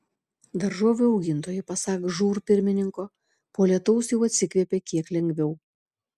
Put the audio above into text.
daržovių augintojai pasak žūr pirmininko po lietaus jau atsikvėpė kiek lengviau